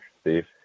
Steve